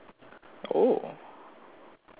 oh